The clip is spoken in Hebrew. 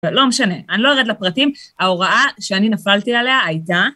לא משנה, אני לא ארדת לפרטים, ההוראה שאני נפלתי עליה הייתה...